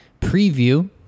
preview